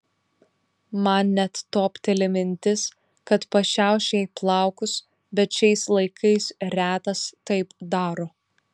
man net topteli mintis kad pašiauš jai plaukus bet šiais laikais retas taip daro